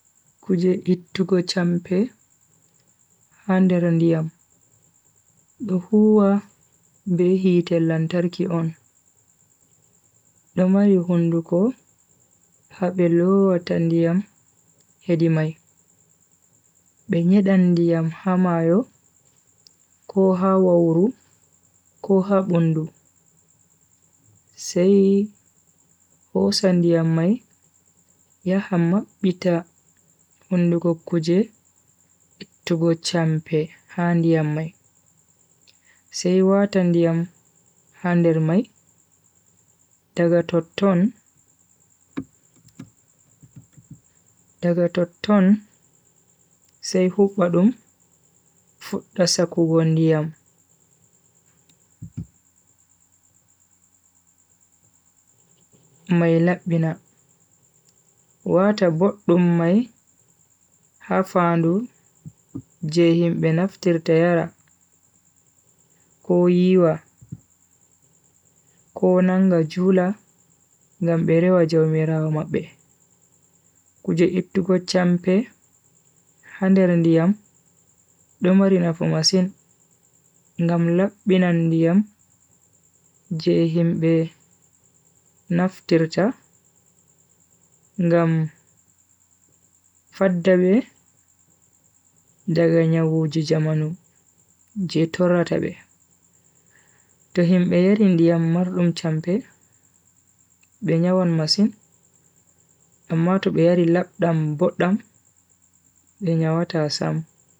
Be lowan diyam ha nder, sai yemba dotti woni nder diyam mai laaba.